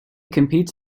competes